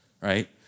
right